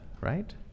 right